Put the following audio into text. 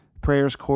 Prayers